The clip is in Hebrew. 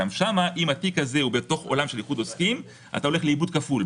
גם שם אם התיק הוא בתוך עולם של איחוד עוסקים אתה הולך לאיבוד כפול.